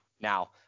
Now